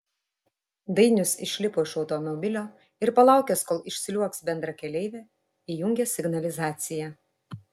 dainius išlipo iš automobilio ir palaukęs kol išsliuogs bendrakeleivė įjungė signalizaciją